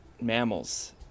mammals